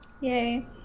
Yay